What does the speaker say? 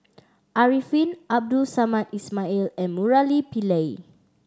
Arifin Abdul Samad Ismail and Murali Pillai